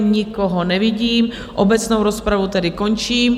Nikoho nevidím, obecnou rozpravu tedy končím.